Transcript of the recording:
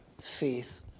faith